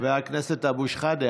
חבר הכנסת אבו שחאדה,